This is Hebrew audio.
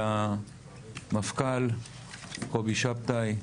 למפכ"ל קובי שבתאי,